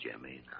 Jimmy